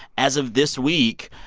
as of this week,